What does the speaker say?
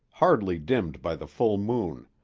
hardly dimmed by the full moon,